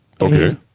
Okay